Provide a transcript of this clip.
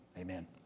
amen